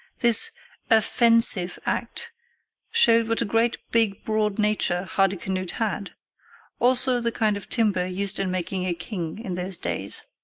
this a-fensive act showed what a great big broad nature hardicanute had also the kind of timber used in making a king in those days.